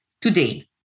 today